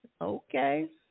Okay